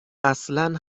اصلن